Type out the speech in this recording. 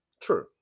True